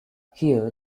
here